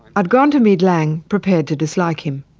i'd gone to meet laing prepared to dislike him.